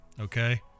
Okay